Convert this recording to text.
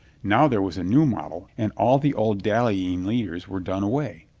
now there was a new model and all the old dallying leaders were done away.